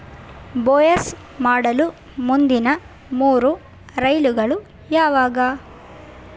ಬೋಯಸ್ ಮಾಡಲು ಮುಂದಿನ ಮೂರು ರೈಲ್ಗಳು ಯಾವಾಗ